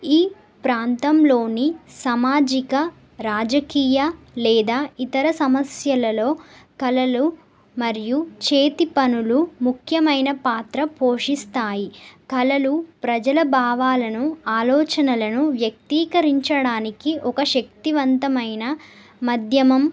ఈ ప్రాంతంలోని సామాజిక రాజకీయ లేదా ఇతర సమస్యలలో కళలు మరియు చేతి పనులు ముఖ్యమైన పాత్ర పోషిస్తాయి కళలు ప్రజల భావాలను ఆలోచనలను వ్యక్తీకరించడానికి ఒక శక్తివంతమైన మాధ్యమం